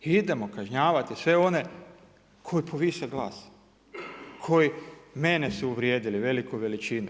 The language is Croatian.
I idemo kažnjavati sve one koji povise glas, koji mene su uvrijedili veliku veličinu.